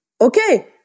Okay